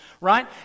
Right